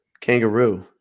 kangaroo